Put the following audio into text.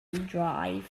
drive